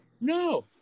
No